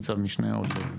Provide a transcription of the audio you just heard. נצ"מ הוד לוי.